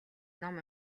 ном